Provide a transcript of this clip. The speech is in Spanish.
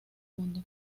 mundo